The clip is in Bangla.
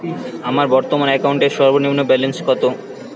আমার বর্তমান অ্যাকাউন্টের সর্বনিম্ন ব্যালেন্স কত?